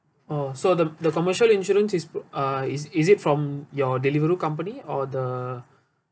oh so the the commercial insurance is uh is is it from your Deliveroo company or the